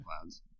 clouds